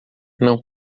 não